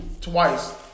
Twice